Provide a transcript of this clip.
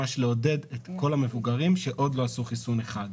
כדי ממש לעודד את כל המבוגרים שעוד לא עשו חיסון אחד.